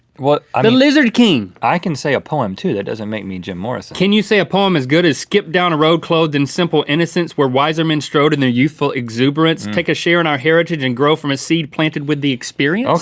well. um the lizard king! i can say a poem, too. that doesn't. make me jim morrison. can you say a poem as good as. skip down a road, clothed in simple innocence, where wiser men strode in their youthful exuberance. take a share in our heritage and grow from a seed. planted with the experience? okay,